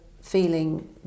feeling